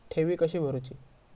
ठेवी कशी भरूची?